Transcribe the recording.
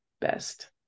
best